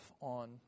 on